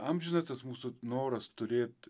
amžinas tas mūsų noras turėt